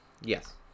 yes